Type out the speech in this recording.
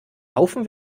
haufen